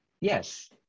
Yes